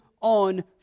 on